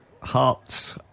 Hearts